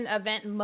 event